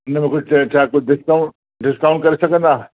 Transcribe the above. हिन में कुझु छा कुझु डिस्काउंट डिस्काउंट करे सघंदा